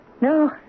No